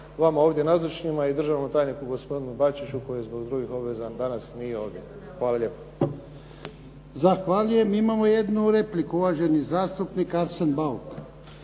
vama ovdje nazočnima i držanom tajniku gospodinu Bačiću koji zbog drugih obaveza danas nije ovdje. Hvala lijepo. **Jarnjak, Ivan (HDZ)** Zahvaljujem. Imamo jednu repliku, uvaženi zastupnik Arsen Bauk.